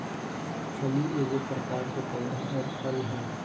फली एगो प्रकार के पौधा आर फल हइ